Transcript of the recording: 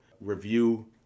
review